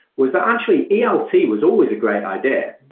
was that actually elt was always a great idea.